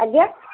ଆଜ୍ଞା